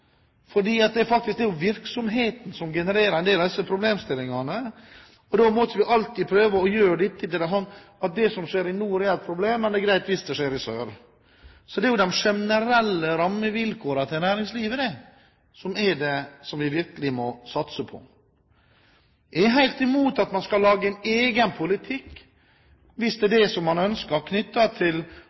fordi det er virksomheten som genererer en del av problemstillingene. Man må ikke alltid prøve å gjøre det som skjer i nord til et problem, og at det er greit hvis det skjer i sør. Det er jo næringslivets generelle rammevilkår vi virkelig må satse på. Jeg er helt imot at man skal lage en egen politikk – hvis det er det man ønsker